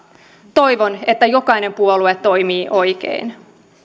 toivon että jokainen puolue toimii oikein